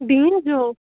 ॾींहुं जो